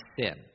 sin